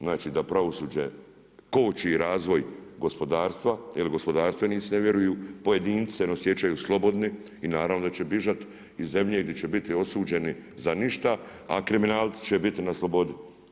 Znači da pravosuđe koči razvoj gospodarstva, gospodarstvenici ne vjeruju, pojedinci se ne osjećaju slobodni, i naravno da će bježat iz zemlje gdje će biti osuđeni za ništa, a kriminalci će biti na slobodi.